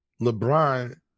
LeBron